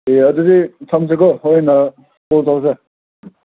ꯑꯗꯨꯗꯤ ꯊꯝꯁꯦꯀꯣ ꯍꯣꯔꯦꯟ ꯀꯣꯜ ꯇꯧꯁꯦ